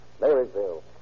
Marysville